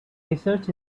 research